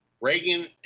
Reagan